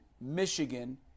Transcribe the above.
Michigan